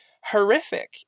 horrific